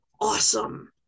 awesome